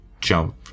jump